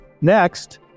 Next